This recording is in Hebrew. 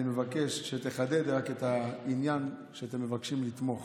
אני מבקש שתחדד רק את העניין שאתם מבקשים לתמוך.